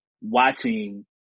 watching